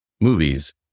movies